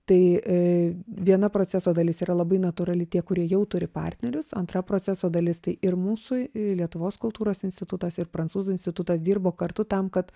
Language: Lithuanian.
tai viena proceso dalis yra labai natūrali tie kurie jau turi partnerius antra proceso dalis tai ir mūsų lietuvos kultūros institutas ir prancūzų institutas dirbo kartu tam kad